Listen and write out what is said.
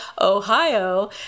Ohio